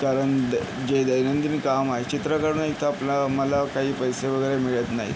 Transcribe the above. कारण द् जे दैनंदिन काम आहे चित्र करणं एक तर आपलं मला काहीे पैसे वगैरे मिळत नाहीे